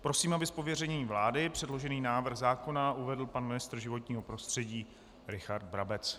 Prosím, aby z pověření vlády předložený návrh zákona uvedl pan ministr životního prostředí Richard Brabec.